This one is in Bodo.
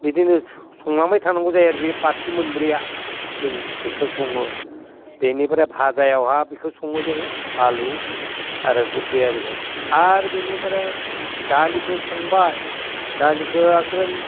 बिदिनो संलांबाय थानांगौ जायो आरो पार्टि मोनब्रैया जों बेखो सङो बेनिफ्राय भाजायावहा बेखो सङो जोङो आलु आरो गबि आरिखो आरो बिनिफ्राय दालिखो संबाय दालिखो एकरम